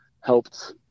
helped